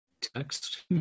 Text